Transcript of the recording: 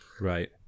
Right